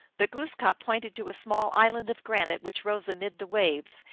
but glooskap pointed to a small island of granite which rose amid the waves,